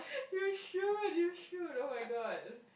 you should you should oh-my-god